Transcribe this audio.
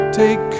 take